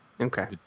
Okay